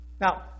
Now